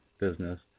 business